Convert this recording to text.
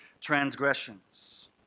transgressions